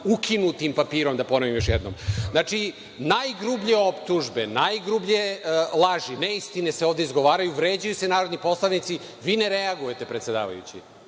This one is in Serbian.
ukinutim papirom, da ponovim još jednom. Znači, najgrublje optužbe, najgrublje laži, neistine se ovde izgovaraju, vređaju se narodni poslanici, vi ne reagujete predsedavajući.